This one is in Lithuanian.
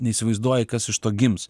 neįsivaizduoji kas iš to gims